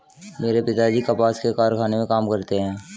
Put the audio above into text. मेरे पिताजी कपास के कारखाने में काम करते हैं